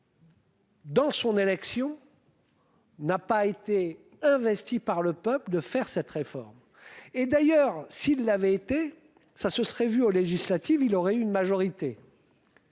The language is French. Dans son élection. N'a pas été investi par le peuple de faire cette réforme et d'ailleurs s'il avait été, ça se serait vu aux législatives il aurait une majorité.